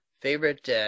Favorite